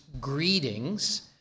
greetings